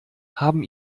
haben